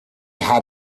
had